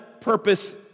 purpose